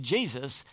Jesus